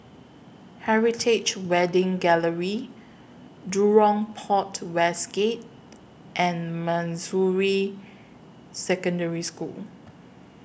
Heritage Wedding Gallery Jurong Port West Gate and Manjusri Secondary School